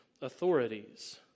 authorities